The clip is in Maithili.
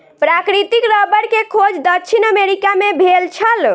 प्राकृतिक रबड़ के खोज दक्षिण अमेरिका मे भेल छल